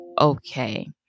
okay